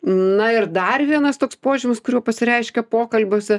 na ir dar vienas toks požymis kuriuo pasireiškia pokalbiuose